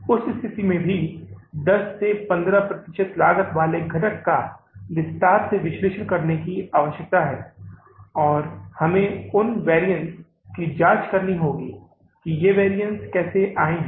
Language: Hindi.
उस स्थिति में भी 10 से 15 प्रतिशत लागत वाले घटक का विस्तार से विश्लेषण करने की आवश्यकता है और हमें उन वैरिअन्स की जांच करनी होगी कि ये वैरिअन्स कैसे आए हैं